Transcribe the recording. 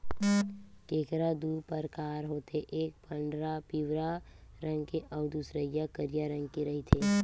केंकरा दू परकार होथे एक पंडरा पिंवरा रंग के अउ दूसरइया करिया रंग के रहिथे